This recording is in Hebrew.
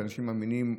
כאנשים מאמינים,